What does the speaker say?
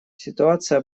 ситуация